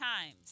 times